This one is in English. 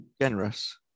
generous